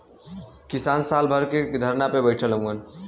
किसान साल भर से धरना पे बैठल हउवन